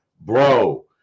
bro